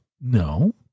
No